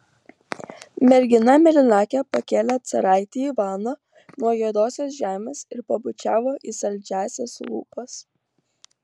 mergina mėlynakė pakėlė caraitį ivaną nuo juodosios žemės ir pabučiavo į saldžiąsias lūpas